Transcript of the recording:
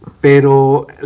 pero